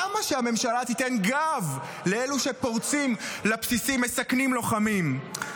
למה שהממשלה תיתן גב לאלו שפורצים לבסיסים ומסכנים לוחמים?